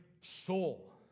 soul